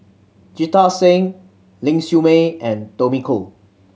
Jita Singh Ling Siew May and Tommy Koh